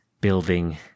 building